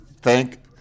Thank